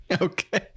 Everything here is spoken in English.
Okay